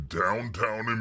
downtown